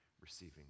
receiving